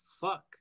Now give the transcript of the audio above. fuck